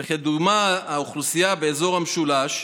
וכדוגמה, האוכלוסייה באזור המשולש,